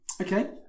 Okay